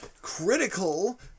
Critical